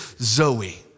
Zoe